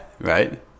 Right